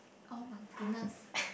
oh-my-goodness